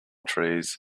trees